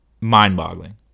mind-boggling